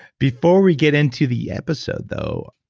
before we get into the episode though,